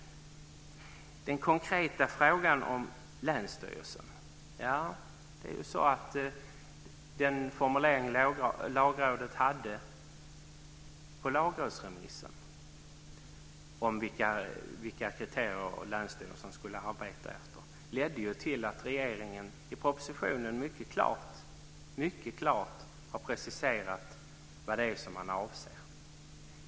I den konkreta frågan om länsstyrelsen är det så att Lagrådets formulering vad gäller lagrådsremissen - vilka kriterier som länsstyrelsen skulle arbeta efter - ledde till att regeringen i sin proposition mycket klart preciserade vad som avses.